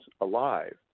alive